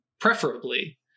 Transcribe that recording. preferably